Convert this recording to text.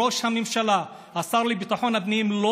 ראש הממשלה והשר לביטחון הפנים לא